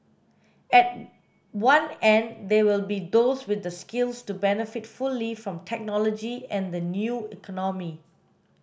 at one end there will be those with the skills to benefit fully from technology and the new economy